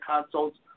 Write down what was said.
consults